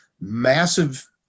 massive